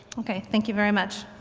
okay, thank you very much.